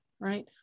right